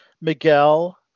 Miguel